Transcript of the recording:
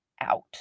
out